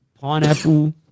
pineapple